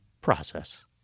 process